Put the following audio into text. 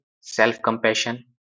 self-compassion